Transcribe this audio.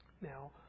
Now